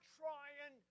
trying